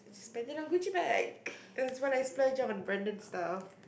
spending on Gucci bag this is what I splurge on branded stuff